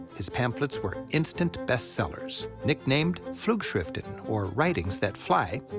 his pamphlets were instant bestsellers nicknamed flugschriften, or writings that fly,